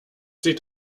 sieht